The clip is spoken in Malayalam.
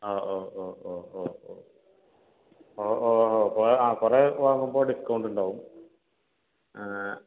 ആ ഓ ഓ ഓ ഓ ഓ ഓ ഓ ഓ ഓ ആ കുറെ വാങ്ങുമ്പോൾ ഡിസ്ക്കൗണ്ടുണ്ടാവും